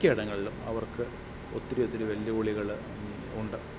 മിക്ക ഇടങ്ങളിലും അവർക്ക് ഒത്തിരി ഒത്തിരി വെല്ലുവിളികൾ ഉണ്ട്